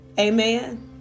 amen